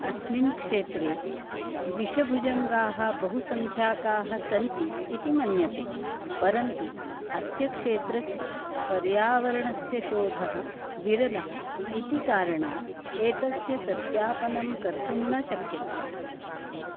अस्मिन् क्षेत्रे विषभुजङ्गाः बहुसङ्ख्याकाः सन्ति इति मन्यते परन्तु अस्य क्षेत्रस्य पर्यावरणस्य शोधः विरलः इति कारणात् एतस्य सत्यापनं कर्तुं न शक्यते